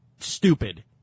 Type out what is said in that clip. stupid